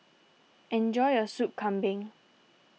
enjoy your Soup Kambing